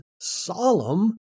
solemn